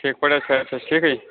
ٹھیٖک پٲٹھۍ حظ صحت چھا حظ ٹھیٖکٕے